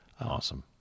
Awesome